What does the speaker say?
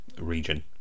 region